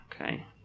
Okay